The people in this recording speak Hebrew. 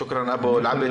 שוקרן, אבו אלעבד.